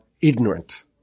Ignorant